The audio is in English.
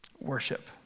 worship